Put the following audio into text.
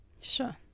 Sure